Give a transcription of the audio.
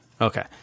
okay